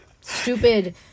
stupid